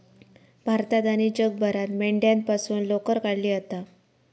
भारतात आणि जगभरात मेंढ्यांपासून लोकर काढली जाता